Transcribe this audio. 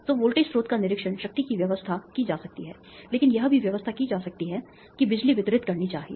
तो वोल्टेज स्रोत का निरीक्षण शक्ति की व्यवस्था की जा सकती है लेकिन यह भी व्यवस्था की जा सकती है कि बिजली वितरित करनी चाहिए